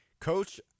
Coach